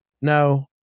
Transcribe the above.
no